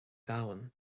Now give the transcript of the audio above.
domhan